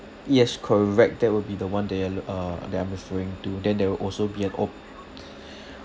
yes correct that will be the one that uh that I'm referring to then there will also be an o~